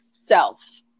self